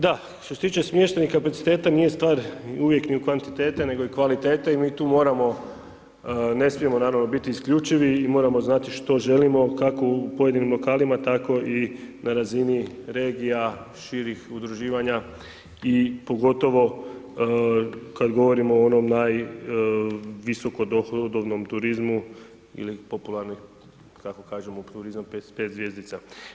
Da, što se tiče smještajnih kapaciteta nije stvar uvijek ni kvantitete nego i kvalitete, i mi tu moramo, ne smijemo, naravno biti isključivi i moramo znati što želimo, kako u pojedinim lokalima, tako i na razini regija širih udruživanja i pogotovo kad govorimo o onom naj visoko dohodovnom turizmu ili popularnim, kako kažemo turizam s 5 zvjezdica.